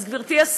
אז גברתי השרה,